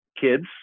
kids